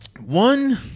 One